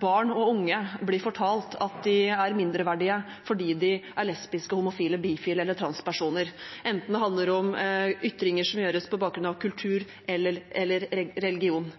barn og unge blir fortalt at de er mindreverdige fordi de er lesbiske, homofile, bifile eller transpersoner – enten det handler om ytringer som sies på bakgrunn av kultur eller på bakgrunn av religion.